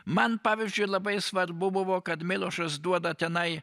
man pavyzdžiui labai svarbu buvo kad milošas duoda tenai